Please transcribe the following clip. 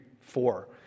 four